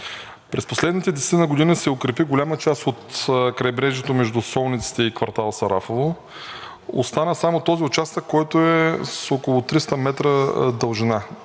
През последните десетина години се укрепи голяма част от крайбрежието между солниците и квартал „Сарафово“. Остана само този участък, който е с около 300 метра дължина.